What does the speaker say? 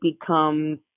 becomes